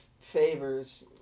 favors